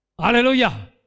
Hallelujah